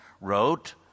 wrote